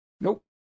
Nope